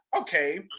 okay